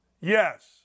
Yes